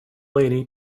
lady